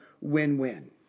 win-win